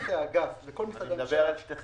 כל משרד שמשלם